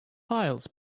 files